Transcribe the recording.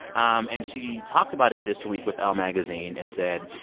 um and she talked about it this week with elle magazine and said,